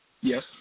Yes